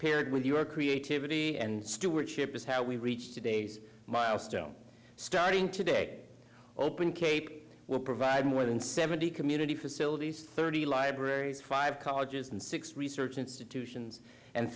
paired with your creativity and stewardship is how we reach today's milestone starting today open cape will provide more than seventy community facilities thirty libraries five colleges and six research institutions and